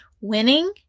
winning